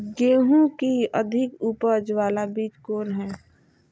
गेंहू की अधिक उपज बाला बीज कौन हैं?